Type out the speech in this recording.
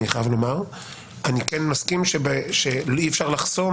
אני מסכים שאי אפשר לחסום